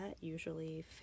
usually